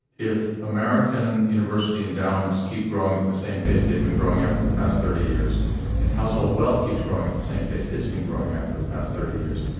if american university endowments keep growing at the same pace they've been growing out for the past thirty years and household wealth keeps growing at the same pace it's been growing out for the past thirty years.